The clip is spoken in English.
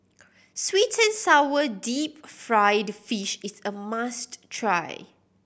sweet and sour deep fried fish is a must try